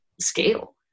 scale